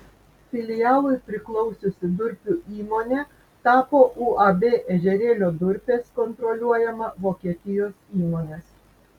filialui priklausiusi durpių įmonė tapo uab ežerėlio durpės kontroliuojama vokietijos įmonės